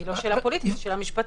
היא לא שאלה פוליטית, היא שאלה משפטית.